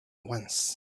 once